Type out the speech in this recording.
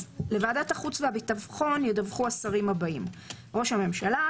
לוועדת החוץ והביטחון ידווחו השרים הבאים: ראש הממשלה,